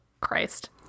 Christ